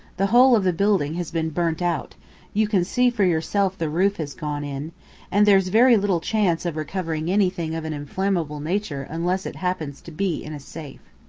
the whole of the building has been burnt out you can see for yourself the roof has gone in and there's very little chance of recovering anything of an inflammable nature unless it happens to be in a safe.